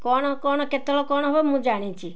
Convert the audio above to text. କ'ଣ କ'ଣ କେତେବେଳେ କ'ଣ ହେବ ମୁଁ ଜାଣିଛି